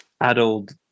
adult